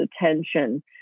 attention